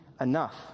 enough